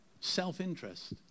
Self-interest